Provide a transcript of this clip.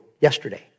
yesterday